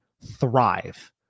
thrive